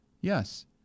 yes